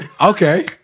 Okay